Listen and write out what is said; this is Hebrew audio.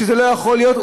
שזה לא יכול להיות,